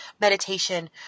Meditation